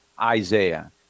Isaiah